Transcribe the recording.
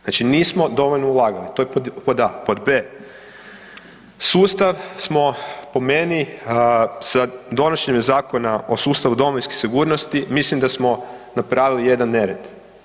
Znači, nismo dovoljno ulagali, to je pod A. Pod B, sustav smo po meni sa donošenjem Zakona o sustavu domovinske sigurnosti mislim da smo napravili jedan nered.